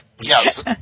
Yes